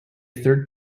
third